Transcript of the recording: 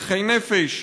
נכי נפש,